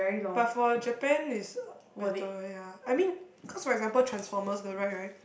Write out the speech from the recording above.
but for a Japan is uh better ya I mean cause for example Transformers the ride right